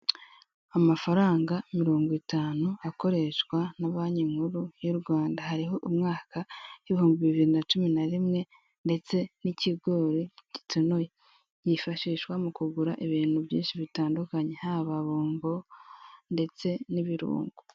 Amafaranga mirongo itanu, akoreshwa na banki nkuru y'u Rwanda. Hariho umwaka w'ibihumbi bibiri na cumi na rimwe, ndetse n'ikigori gitonoye. Yifashishwa mu kugura ibintu byinshi bitandukanye, haba bombo ndetse n'ibirungo.